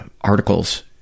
articles